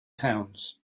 towns